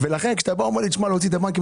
לכן כשאתה אומר להוציא את הבנקים,